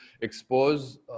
expose